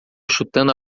chutando